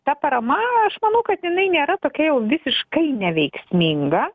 ta parama aš manau kad jinai nėra tokia jau visiškai neveiksminga